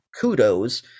kudos